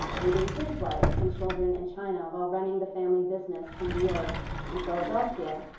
leaving his wife and children in china while running the family business in new york and philadelphia.